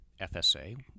fsa